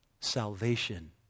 Salvation